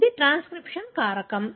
ఇది ట్రాన్స్క్రిప్షన్ కారకం